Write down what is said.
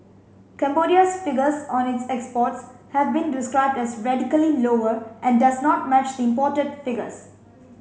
Cambodia's figures on its exports have been described as radically lower and does not match the imported figures